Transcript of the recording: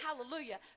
hallelujah